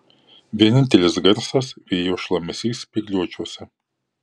vienintelis garsas vėjo šlamesys spygliuočiuose